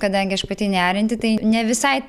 kadangi aš pati nerianti tai ne visai